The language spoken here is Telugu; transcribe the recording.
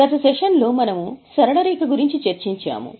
గత సెషన్లో మనము సరళ రేఖ గురించి చర్చించాము